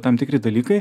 tam tikri dalykai